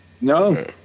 No